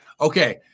Okay